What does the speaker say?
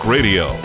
Radio